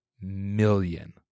million